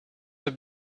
have